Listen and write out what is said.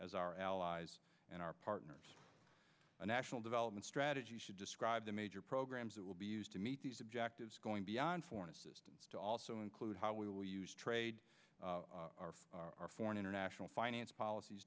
as our allies and our partners a national development strategy should describe the major programs that will be used to meet these objectives going beyond foreign assistance to also include how we will use trade our foreign international finance policies